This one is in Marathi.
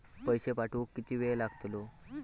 पैशे पाठवुक किती वेळ लागतलो?